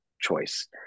choice